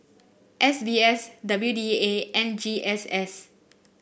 S B S W D A and G S S